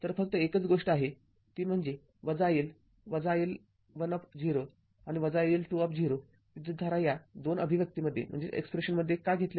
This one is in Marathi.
तर फक्त एकच गोष्ट आहे ती म्हणजे iL iL१० आणि iL२० विद्युतधारा या २ अभिव्यक्तीमध्ये का घेतल्या आहेत